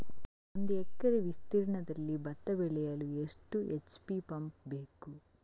ಒಂದುಎಕರೆ ವಿಸ್ತೀರ್ಣದಲ್ಲಿ ಭತ್ತ ಬೆಳೆಯಲು ಎಷ್ಟು ಎಚ್.ಪಿ ಪಂಪ್ ಬೇಕು?